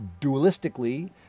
dualistically